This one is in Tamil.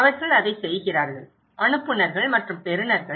அவர்கள் அதைச் செய்கிறார்கள் அனுப்புநர்கள் மற்றும் பெறுநர்கள்